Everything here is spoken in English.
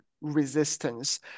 resistance